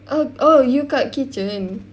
oh oh you kat kitchen